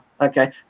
okay